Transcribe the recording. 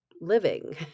living